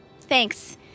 Thanks